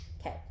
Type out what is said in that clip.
Okay